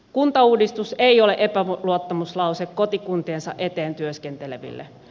kuntauudistus ei ole epäluottamuslause kotikuntiensa eteen työskenteleville